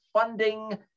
funding